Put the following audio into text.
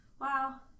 Wow